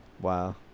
Wow